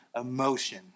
emotion